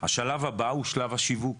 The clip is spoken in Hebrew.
השלב הבא, הוא שלב השיווק.